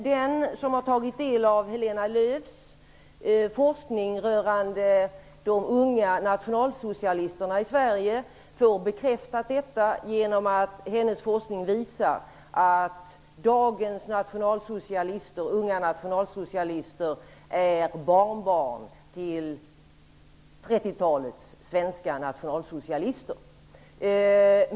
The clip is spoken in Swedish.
Den som har tagit del av Heléne Lööws forskning rörande de unga nationalsocialisterna i Sverige får bekräftat detta genom att hennes forskning visar att dagens unga nationalsocialister är barnbarn till 30 talets svenska nationalsocialister.